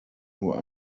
who